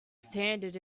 standard